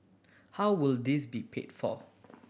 how will this be paid for